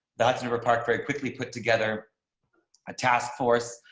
that's and a report very quickly put together a task force,